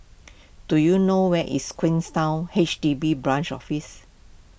do you know where is H D B Branch Office